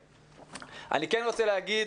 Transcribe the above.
אני כן רוצה להגיד,